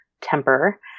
Temper